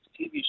TV